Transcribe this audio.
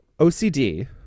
OCD